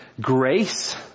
grace